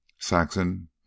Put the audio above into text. Saxon